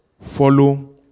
Follow